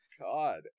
God